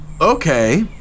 okay